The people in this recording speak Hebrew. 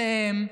זה הם.